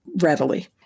readily